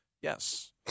Yes